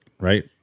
right